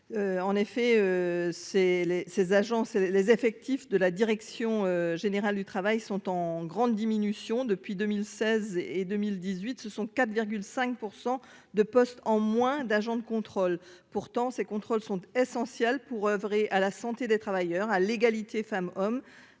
agences et les effectifs de la direction générale du travail sont en grande diminution depuis 2016 et 2018, ce sont 4 5 % de postes en moins d'agents de contrôle pourtant ces contrôles sont essentielles pour oeuvrer à la santé des travailleurs à l'égalité femmes-hommes